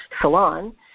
Salon